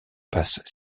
passent